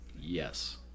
Yes